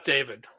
David